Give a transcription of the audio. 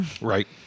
Right